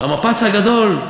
המפץ הגדול?